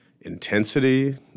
intensity